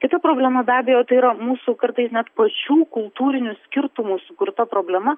kita problema be abejo tai yra mūsų kartais net pačių kultūrinių skirtumų sukurta problema